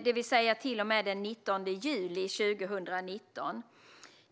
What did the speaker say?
det vill säga till och med den 19 juli 2019.